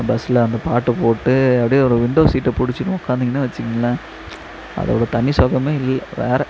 பஸில் அந்த பாட்டை போட்டு அப்படியே ஒரு விண்டோ சீட்டு பிடிச்சினு உட்காந்தீங்கன்னா வச்சீக்கங்களேன் அதோட தனி சுகமே இல்லை வேற